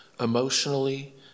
emotionally